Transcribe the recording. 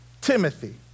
Timothy